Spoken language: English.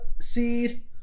seed